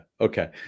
Okay